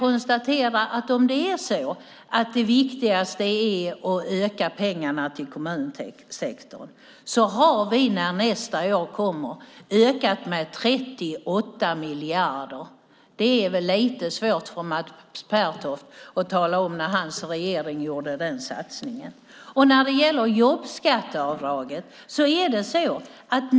Om det är så att det viktigaste är att öka pengarna till kommunsektorn kan jag konstatera att vi när nästa år kommer har ökat anslagen med 38 miljarder. Det är väl lite svårt för Mats Pertoft att tala om när hans regering gjorde en sådan satsning!